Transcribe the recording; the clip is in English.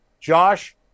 Josh –